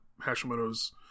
Hashimoto's